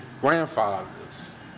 grandfathers